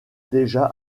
déjà